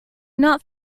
not